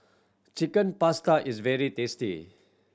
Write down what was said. Chicken Pasta is very tasty